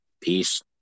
Peace